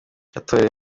yatorewe